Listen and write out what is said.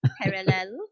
Parallel